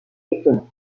étonnant